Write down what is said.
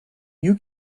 you